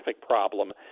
problem